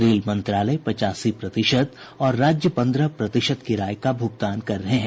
rail मंत्रालय पचासी प्रतिशत और राज्य पन्द्रह प्रतिशत किराए का भूगतान कर रहे हैं